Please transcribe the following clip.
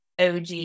OG